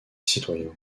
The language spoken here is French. citoyens